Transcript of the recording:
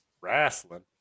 Wrestling